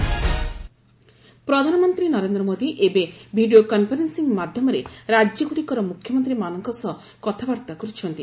PM states ପ୍ରଧାନମନ୍ତ୍ରୀ ନରେନ୍ଦ୍ର ମୋଦି ଏବେ video conferencing ମାଧ୍ୟମରେ ରାଜ୍ୟଗୁଡ଼ିକର ମୁଖ୍ୟମନ୍ତ୍ରୀମାନଙ୍କ ସହ କଥାବାର୍ତ୍ତା କରୁଛନ୍ତି